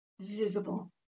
visible